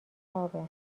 خوابه